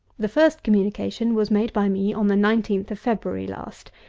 the first communication was made by me on the nineteenth of february last,